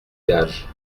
gages